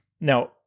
Now